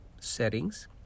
settings